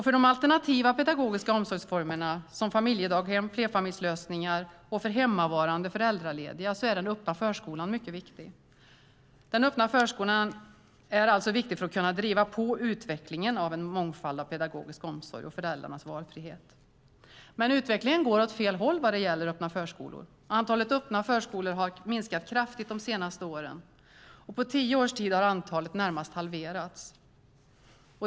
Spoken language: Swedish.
För de alternativa pedagogiska omsorgsformerna som familjedaghem och flerfamiljslösningar och för hemmavarande föräldralediga är den öppna förskolan mycket viktig. Den öppna förskolan är alltså viktig för att kunna driva på utvecklingen av en mångfald av pedagogisk omsorg och föräldrars valfrihet. Utvecklingen går åt fel håll när det gäller öppna förskolor. Antalet öppna förskolor har minskat kraftigt de senaste åren. På tio års tid har antalet närmast halverats.